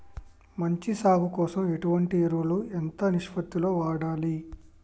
మంచి సాగు కోసం ఎటువంటి ఎరువులు ఎంత నిష్పత్తి లో వాడాలి?